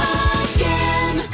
again